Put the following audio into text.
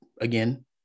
again